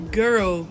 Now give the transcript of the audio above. girl